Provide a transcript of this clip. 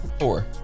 four